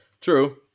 True